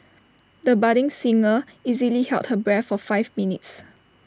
the budding singer easily held her breath for five minutes